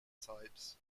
types